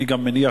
אני גם מניח,